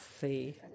see